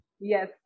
Yes